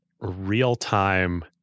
real-time